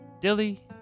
Dilly